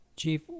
Chief